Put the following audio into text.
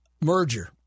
merger—